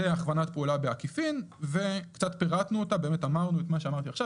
משה לאו, בבקשה.